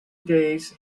days